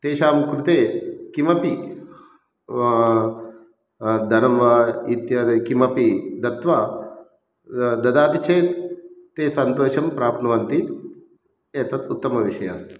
तेषां कृते किमपि धनं वा इत्यादि किमपि दत्वा ददाति चेत् ते सन्तोषं प्राप्नुवन्ति एतत् उत्तमविषय अस्ति